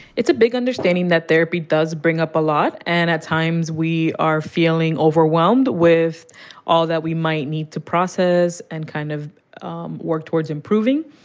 it's a big understanding that therapy does bring up a lot. and at times we are feeling overwhelmed with all that we might need to process and kind of um work towards improving.